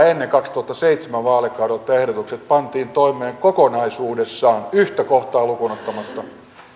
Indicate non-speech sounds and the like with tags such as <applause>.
<unintelligible> ennen kaksituhattaseitsemän vaalikaudelta ehdotukset pantiin toimeen kokonaisuudessaan yhtä kohtaa lukuun ottamatta